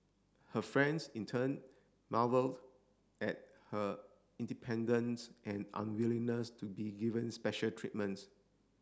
her friends in turn marvelled at her independence and unwillingness to be given special treatments